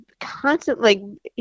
constantly